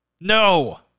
No